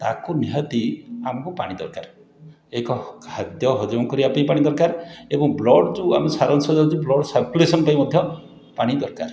ତାକୁ ନିହାତି ଆମକୁ ପାଣି ଦରକାର ଏକ ଖାଦ୍ୟ ହଜମ କରିବାପାଇଁ ପାଣି ଦରକାର ଏବଂ ବ୍ଲଡ଼୍ ଯେଉଁ ଆମର ସାରାଂଶ ଯାଉଛି ବ୍ଲଡ଼୍ ସରକୁଲେସନ୍ ପାଇଁ ମଧ୍ୟ ପାଣି ଦରକାର